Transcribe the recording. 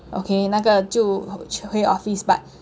okay 那个就回 office but